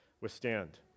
withstand